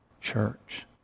church